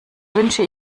wünsche